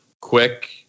quick